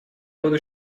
буду